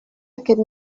aquest